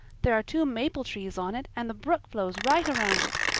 there are two maple trees on it and the brook flows right around it.